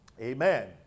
Amen